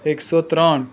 એકસો ત્રણ